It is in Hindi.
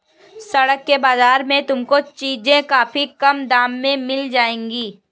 सड़क के बाजार में तुमको चीजें काफी कम दाम में मिल जाएंगी